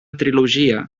trilogia